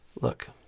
Look